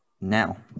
now